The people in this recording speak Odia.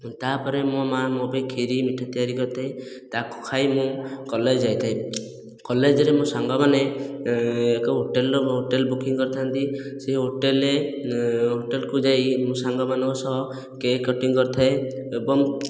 ତା'ପରେ ମୋ ମା ମୋ ପାଇଁ ଖିରୀ ମିଠା ତିଆରି କରିଥାଏ ତାକୁ ଖାଇ ମୁଁ କଲେଜ ଯାଇଥାଏ କଲେଜରେ ମୋ ସାଙ୍ଗମାନେ ଏକ ହୋଟେଲ ହୋଟେଲ ବୁକିଂ କରିଥାନ୍ତି ସେହି ହୋଟେଲରେ ହୋଟେଲକୁ ଯାଇ ମୁଁ ସାଙ୍ଗମାନଙ୍କ ସହ କେକ୍ କଟିଂ କରିଥାଏ ଏବଂ